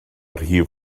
rhif